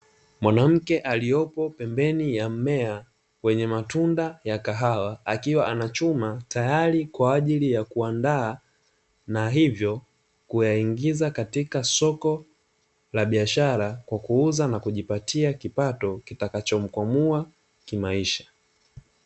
Mwanamke aliyepo pembeni ya mmea wenye matunda ya kahawa akiwa anachuma tayari kwa ajili ya kuandaa, na hivyo kuyaingiza katika soko la biashara kwa kuuza na kujipatia kipato kitakacho mkwamua kimaisha.